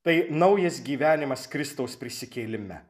tai naujas gyvenimas kristaus prisikėlime